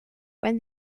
when